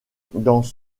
dans